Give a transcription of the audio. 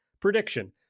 Prediction